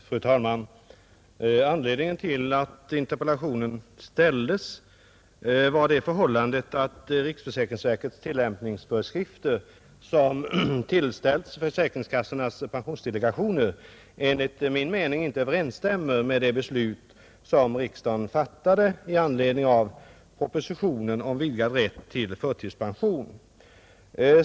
Fru talman! Anledningen till interpellationen var det förhållandet att riksförsäkringsverkets tillämpningsföreskrifter, som tillställts försäkringskassornas pensionsdelegationer, enligt min mening inte överensstämmer med det beslut som riksdagen fattade i anledning av propositionen om vidgad rätt till förtidspension.